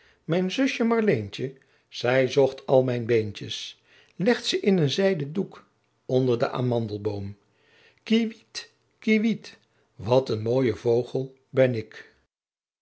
mijn zusje marleentje zij zocht al mijn beentjes legt ze in een zijden doek onder den amandelboom kiewit kiewit wat een mooie vogel ben ik